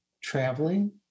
traveling